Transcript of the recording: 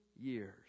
years